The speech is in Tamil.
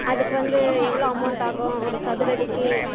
அதுக்கு வந்து எவ்வளோ அமௌண்ட் ஆகும் ஒரு சதுரடிக்கு